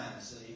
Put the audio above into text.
See